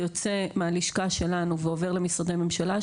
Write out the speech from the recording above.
יוצא מהלשכה שלנו ועובר למשרדי ממשלה,